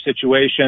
situation